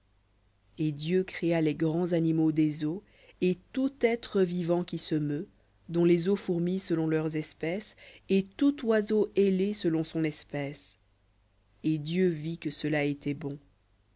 et dieu créa les grands animaux des eaux et tout être vivant qui se meut dont les eaux fourmillent selon leurs espèces et tout oiseau ailé selon son espèce et dieu vit que cela était bon